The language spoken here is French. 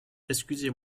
excusez